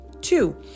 two